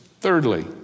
Thirdly